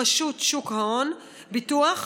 רשות שוק ההון, ביטוח